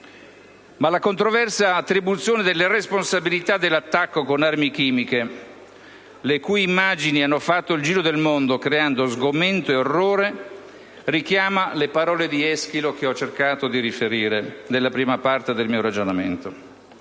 La controversa attribuzione delle responsabilità dell'attacco con armi chimiche, le cui immagini hanno fatto il giro del mondo creando sgomento ed orrore, richiama quelle parole di Eschilo che ho cercato di riferire nella prima parte del mio ragionamento.